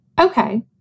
Okay